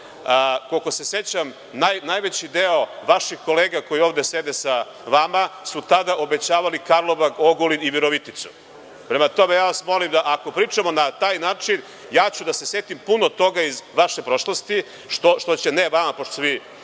koliko se sećam najveći deo vaših kolega koji ovde sede sa vama su tada obećavali Karoblag-Ogulin i Viroviticu. Prema tome, molim vas ako pričamo na taj način, setiću se puno toga iz vaše prošlosti, što će, ne vama, pošto ste